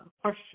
question